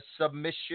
Submission